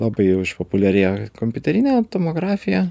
labai jau išpopuliarėjo kompiuterinė tomografija